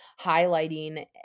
highlighting